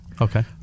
Okay